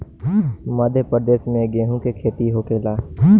मध्यप्रदेश में गेहू के खेती होखेला